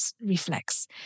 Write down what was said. reflex